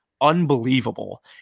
unbelievable